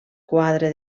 quadre